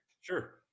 sure